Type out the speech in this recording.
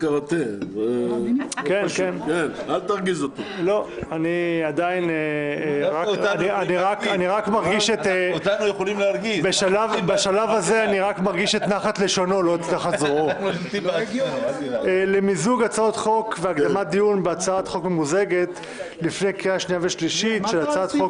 והקדמת דיון בהצעת חוק ממוזגת לפני קריאה שנייה ושלישית.